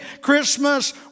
Christmas